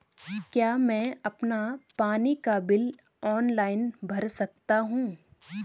क्या मैं अपना पानी का बिल ऑनलाइन भर सकता हूँ?